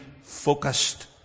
focused